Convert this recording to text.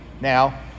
Now